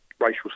Racial